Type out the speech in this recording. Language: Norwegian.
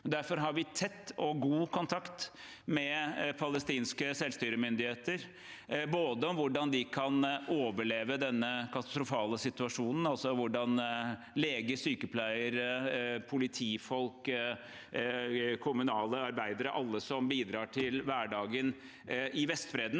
Derfor har vi tett og god kontakt med palestinske selvstyremyndigheter om hvordan de kan overleve denne katastrofale situasjonen, altså hvordan leger, sykepleiere, politifolk og kommunale arbeidere, alle som bidrar til hverdagen på Vestbredden,